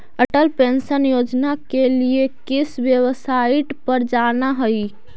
Atal pension योजना के लिए किस वेबसाईट पर जाना हई